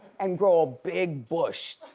and grow a big bush.